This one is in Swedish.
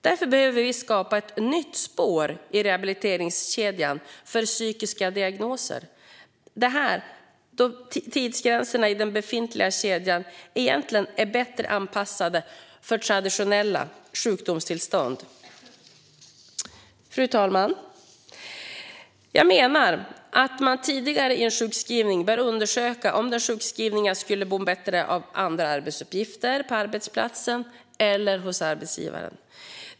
Därför behöver vi skapa ett nytt spår i rehabiliteringskedjan för psykiska diagnoser då tidsgränserna i den befintliga kedjan egentligen är bättre anpassade för traditionella sjukdomstillstånd. Fru talman! Jag menar att man tidigare i en sjukskrivning bör undersöka om den sjukskrivne skulle må bättre av andra arbetsuppgifter på arbetsplatsen eller hos arbetsgivaren.